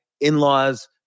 in-laws